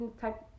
type